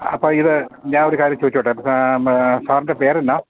അപ്പോൾ ഇത് ഞാനൊരു കാര്യം ചോദിച്ചോട്ടെ സാറിൻ്റെ പേരെന്താ